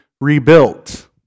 rebuilt